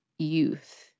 youth